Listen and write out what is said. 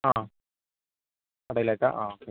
ആ കടയിലേക്കാണോ ആ ഓക്കേ